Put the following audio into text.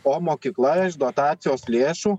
o mokykla iš dotacijos lėšų